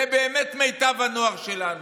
זה באמת מיטב הנוער שלנו.